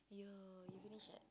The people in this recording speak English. !aiyo! you finish at